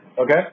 Okay